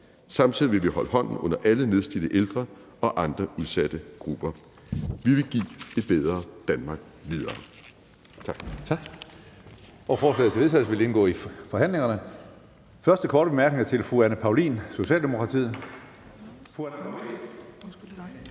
Samtidig vil vi holde hånden under alle nedslidte ældre og andre udsatte grupper. Vi vil give et bedre Danmark videre.«